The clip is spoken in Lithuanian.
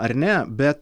ar ne bet